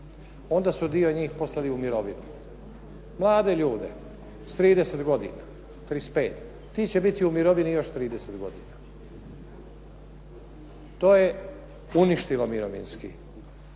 onda su dio njih poslali u mirovinu. Mlade ljude s 30 godina, 35. Ti će biti u mirovini još 30 godina. To je uništilo Mirovinski